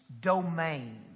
domain